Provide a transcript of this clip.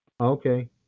Okay